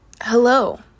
Hello